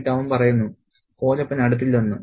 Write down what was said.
എന്നിട്ട് അവൻ പറയുന്നു കോലപ്പൻ അടുത്തില്ലെന്ന്